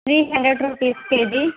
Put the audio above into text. three hundred rupees K G